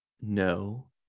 no